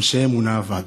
אנשי אמונה אבדו.